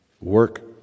Work